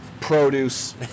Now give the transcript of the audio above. produce